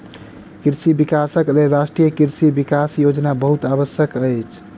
कृषि विकासक लेल राष्ट्रीय कृषि विकास योजना बहुत आवश्यक अछि